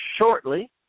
shortly